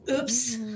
Oops